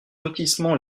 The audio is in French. lotissement